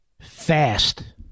fast